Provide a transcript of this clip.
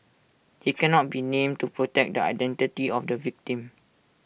he cannot be named to protect the identity of the victim